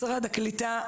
משרד הקליטה,